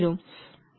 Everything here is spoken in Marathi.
9